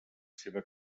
seva